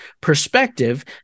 perspective